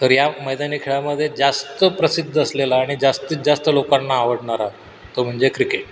तर या मैदानी खेळामध्ये जास्त प्रसिद्ध असलेला आणि जास्तीत जास्त लोकांना आवडणारा तो म्हणजे क्रिकेट